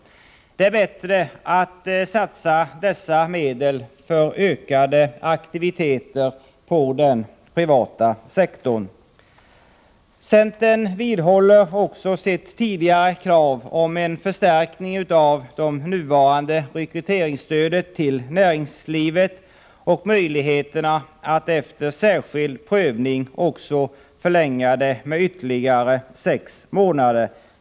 Det är bättre att satsa dessa medel på ökade aktiviteter inom den privata sektorn. Centern vidhåller också sitt tidigare krav på en förstärkning av det nuvarande rekryteringsstödet till näringslivet, och att det skall vara möjligt att efter särskild prövning också förlänga det med ytterligare sex månader.